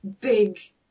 big